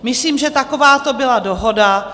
Myslím, že takováto byla dohoda.